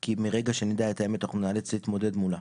כי מרגע שנדע את האמת אנחנו ניאלץ להתמודד מולה